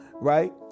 Right